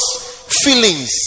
feelings